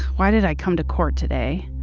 why did i come to court today?